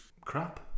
crap